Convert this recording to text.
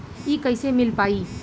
इ कईसे मिल पाई?